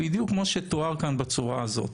בדיוק כמו שתואר כאן, בצורה הזאת.